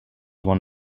one